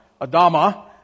Adama